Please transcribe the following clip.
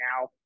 now